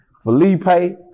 Felipe